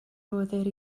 rhoddir